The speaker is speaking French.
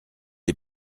est